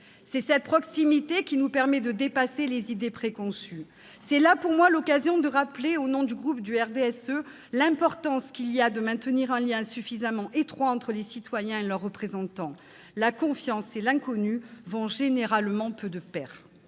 C'est cette proximité qui nous permet de dépasser les idées préconçues. C'est là pour moi l'occasion de rappeler, au nom du groupe du RDSE, l'importance de maintenir un lien suffisamment étroit entre les citoyens et leurs représentants. La confiance et l'inconnu ne vont généralement guère de pair.